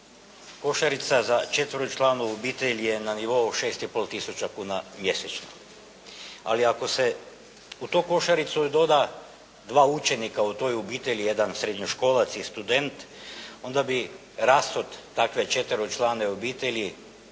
košarica za četveročlanu obitelj je na nivou 6,5 tisuća kuna mjesečno. Ali ako se u tu košaricu doda dva učenika u toj obitelji, jedan srednjoškolac i student onda bi rashod takve četveročlane obitelji